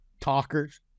talkers